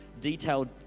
detailed